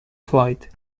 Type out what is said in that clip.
floyd